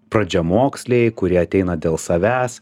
pradžiamoksliai kurie ateina dėl savęs